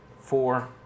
four